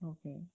Okay